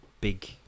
big